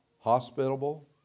hospitable